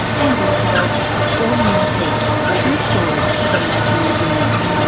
and author of it's all in your head true stories of imaginary illness.